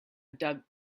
doug